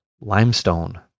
limestone